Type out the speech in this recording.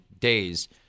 days